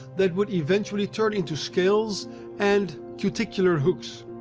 that would eventually turn into scales and cuticular hooks.